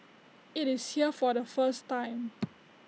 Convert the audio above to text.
IT is here for the first time